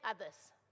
others